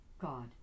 God